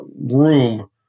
room